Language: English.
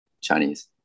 Chinese